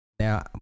Now